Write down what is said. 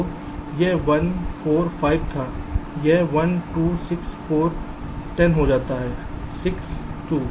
तो यह 1 4 5 था यह 1 2 6 4 10 हो जाता है 6 2